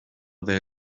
they